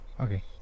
okay